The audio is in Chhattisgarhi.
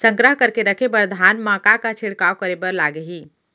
संग्रह करके रखे बर धान मा का का छिड़काव करे बर लागही?